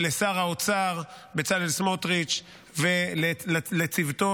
ולשר האוצר בצלאל סמוטריץ' ולצוותו,